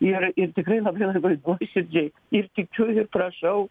ir ir tikrai labai labai nuoširdžiai ir kirčiuoju prašau